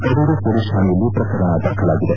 Kadur police ಕಾಣೆಯಲ್ಲಿ ಪ್ರಕರಣ ದಾಖಲಾಗಿದೆ